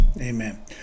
Amen